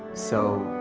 so,